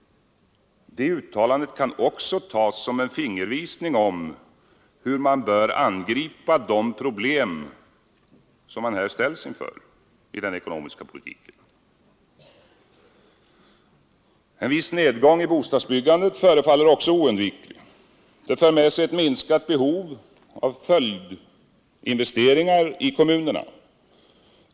Det uttalandet kan också tas som en fingervisning om hur man bör angripa de problem som man här ställs inför i den ekonomiska politiken. En viss nedgång i bostadsbyggandet förefaller likaså oundviklig. Den för också med sig ett minskat behov av följdinvesteringar i kommunerna.